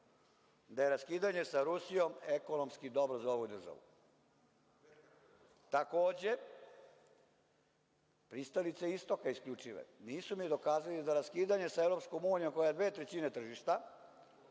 da je raskidanje sa Rusijom ekonomski dobro za ovu državu. Takođe, pristalice istoka, isključive nisu mi dokazale da raskidanje sa EU koja je dve trećine tržišta